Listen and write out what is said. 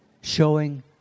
showing